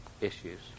issues